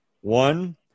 One